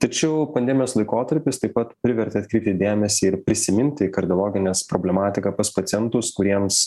tačiau pandemijos laikotarpis taip pat privertė atkreipti dėmesį ir prisiminti kardiologinės problematiką pas pacientus kuriems